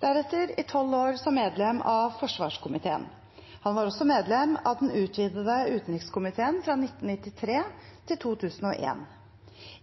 deretter i tolv år som medlem av forsvarskomiteen. Han var også medlem av den utvidede utenrikskomiteen fra 1993 til 2001.